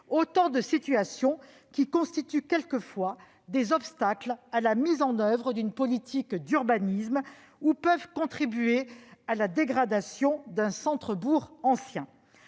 Autant de situations qui constituent quelques fois des obstacles à la mise en oeuvre d'une politique d'urbanisme ou peuvent contribuer à la dégradation d'un centre-bourg ancien.